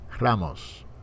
Ramos